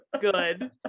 good